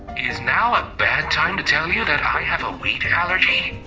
is now a bad time to tell you that i have a wheat allergy.